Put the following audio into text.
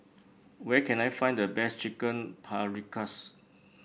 where can I find the best Chicken Paprikas